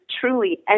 truly